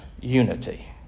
unity